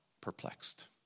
perplexed